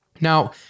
Now